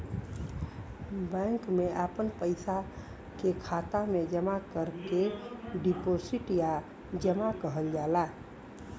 bank मे आपन पइसा के खाता मे जमा करे के डीपोसिट या जमा कहल जाला